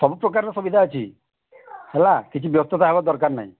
ସବୁ ପ୍ରକାରର ସୁବିଧା ଅଛି ହେଲା କିଛି ବ୍ୟସ୍ତତା ହେବ ଦରକାର ନାହିଁ